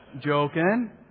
Joking